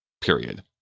Period